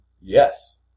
Yes